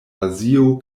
azio